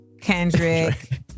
Kendrick